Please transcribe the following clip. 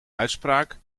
uitspraak